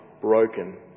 broken